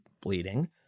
bleeding